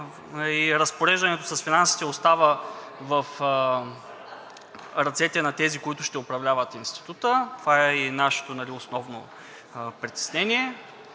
и разпореждането с финансите остава в ръцете на тези, които ще управляват института. Това е и нашето основно притеснение.